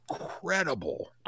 Incredible